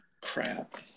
Crap